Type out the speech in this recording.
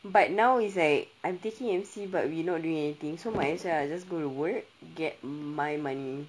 but now it's like I'm taking M_C but we not doing anything so might as well lah I just go to work get my money